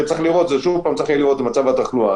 צריך יהיה לראות את מצב התחלואה.